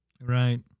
Right